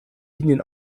linien